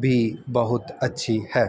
بھی بہت اچھی ہے